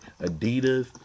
Adidas